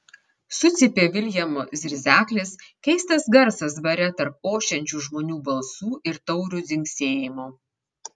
sucypė viljamo zirzeklis keistas garsas bare tarp ošiančių žmonių balsų ir taurių dzingsėjimo